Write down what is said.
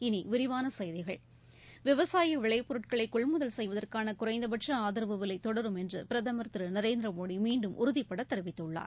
இனி விரிவான செய்திகள் விவசாய விளைப்பொருட்களை கொள்முதல் செய்வதற்கான குறைந்தபட்ச ஆதரவு விலை தொடரும் என்று பிரதமர் திரு நரேந்திர மோடி மீண்டும் உறுதிபட தெரிவித்துள்ளார்